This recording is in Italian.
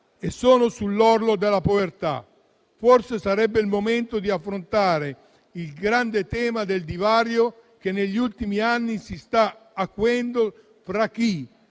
e sono sull'orlo della povertà. Sarebbe forse il momento di affrontare il grande tema del divario, che negli ultimi anni si sta acuendo, fra chi